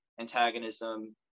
Antagonism